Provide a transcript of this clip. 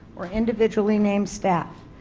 or individually named staff.